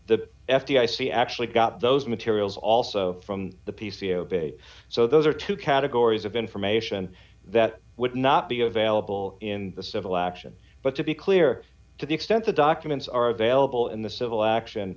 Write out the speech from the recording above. c actually got those materials also from the p c obey so those are two categories of information that would not be available in the civil action but to be clear to the extent the documents are available in the civil action